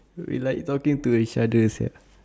who we like talking to each other sia